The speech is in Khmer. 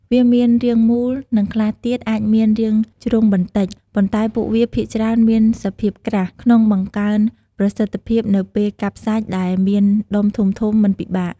វាមានរាងមូល និងខ្លះទៀតអាចមានរាងជ្រុងបន្តិច ប៉ុន្តែពួកវាភាគច្រើនមានសភាពក្រាស់ ក្នុងបង្កើនប្រសិទ្ធភាពនៅពេលកាប់សាច់ដែលមានដុំធំៗមិនពិបាក។